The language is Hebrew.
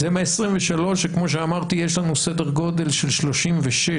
זה מה-23,000 שכמו שאמרתי יש לנו סדר גודל של 36,000